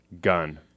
Gun